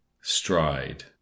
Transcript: Stride